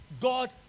God